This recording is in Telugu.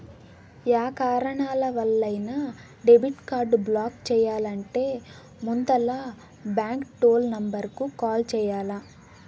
యా కారణాలవల్లైనా డెబిట్ కార్డు బ్లాక్ చెయ్యాలంటే ముందల బాంకు టోల్ నెంబరుకు కాల్ చెయ్యాల్ల